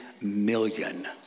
million